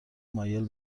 مایل